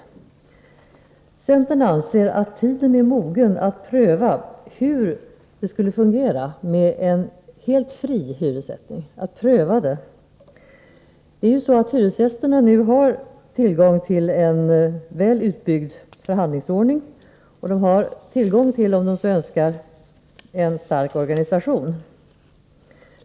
Centern anser att tiden är mogen att pröva hur det skulle fungera med en helt fri hyressättning. Hyresgästerna har ju tillgång till en väl utbyggd förhandlingsordning. De har, om de så önskar, tillgång till en stark organisation.